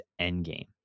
endgame